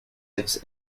its